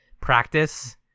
practice